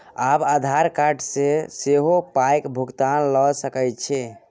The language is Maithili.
आब आधार कार्ड सँ सेहो पायक भुगतान ल सकैत छी